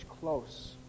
close